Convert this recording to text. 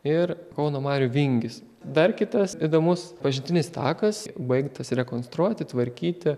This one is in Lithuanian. ir kauno marių vingis dar kitas įdomus pažintinis takas baigtas rekonstruoti tvarkyti